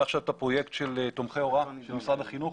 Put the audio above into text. היה עכשיו את הפרויקט של תומכי הוראה במשרד החינוך